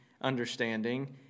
understanding